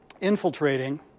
infiltrating